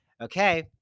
Okay